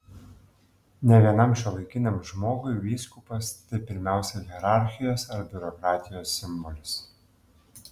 ne vienam šiuolaikiniam žmogui vyskupas tai pirmiausia hierarchijos ar biurokratijos simbolis